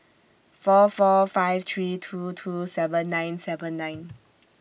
four four five three two two seven nine seven nine